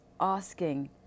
asking